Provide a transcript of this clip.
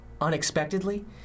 unexpectedly